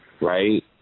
right